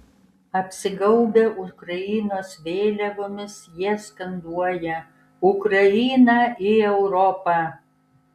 apsigaubę ukrainos vėliavomis jie skanduoja ukrainą į europą